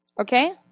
Okay